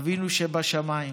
אבינו שבשמיים,